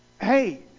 Hey